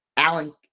Alan